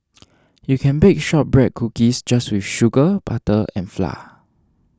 you can bake Shortbread Cookies just with sugar butter and flour